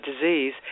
disease